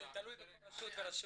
זה תלוי בכל רשות ורשות.